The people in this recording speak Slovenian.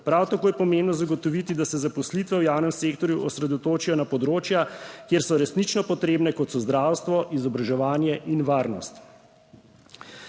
Prav tako je pomembno zagotoviti, da se zaposlitve v javnem sektorju osredotočijo na področja, kjer so resnično potrebne kot so zdravstvo, izobraževanje in varnost.